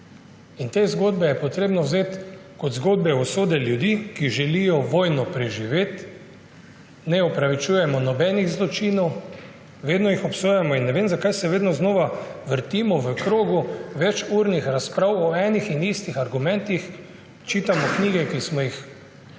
Te zgodbe je potrebno vzeti kot zgodbe usod ljudi, ki želijo vojno preživeti. Ne opravičujemo nobenih zločinov, vedno jih obsojamo in ne vem, zakaj se vedno znova vrtimo v krogu večurnih razprav o enih in istih argumentih, čitamo knjige, ki smo jih že